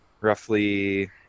roughly